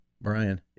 Brian